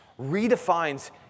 redefines